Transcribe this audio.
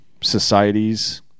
societies